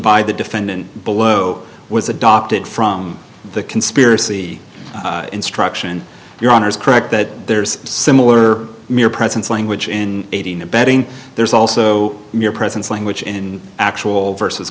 by the defendant below was adopted from the conspiracy instruction your honor is correct that there's similar mere presence language in aiding abetting there's also mere presence language in actual versus